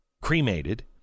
cremated